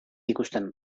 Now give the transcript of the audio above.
ikusten